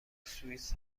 سوئیس